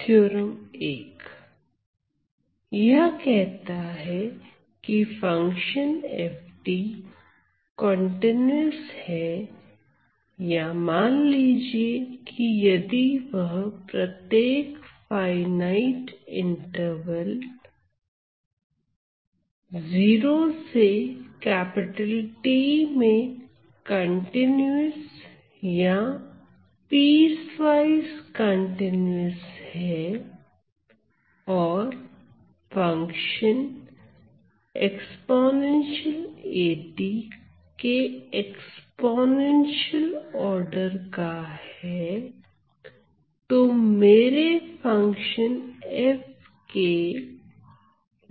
theorem 1 यह कहता है कि फंक्शन f कंटीन्यूअस है या मान लीजिए की यदि वह प्रत्येक फाइनाइट इंटरवल 0 से T में कंटीन्यूअस या पीसवाइज कंटीन्यूअस है और फंक्शन eat के एक्स्पोनेंशियल आर्डर का है तो मेरे फंक्शन f के